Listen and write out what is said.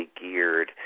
geared